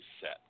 set